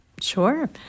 Sure